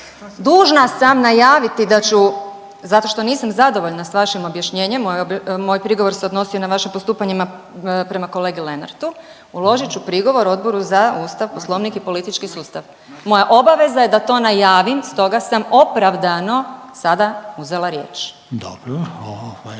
…dužna sam najaviti da ću zato što nisam zadovoljna s vašim objašnjenjem, moj prigovor se odnosio na vaše postupanjima prema kolegi Lenartu, uložit ću prigovor Odboru za ustav, poslovnik i politički sustav. Moja obaveza je da to najavim, stoga sam opravdano sada uzela riječ. **Reiner,